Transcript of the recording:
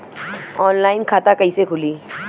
Online खाता कइसे खुली?